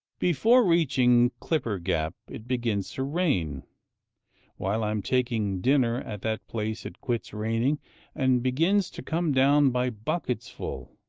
before reaching clipper gap it begins to rain while i am taking dinner at that place it quits raining and begins to come down by buckets full,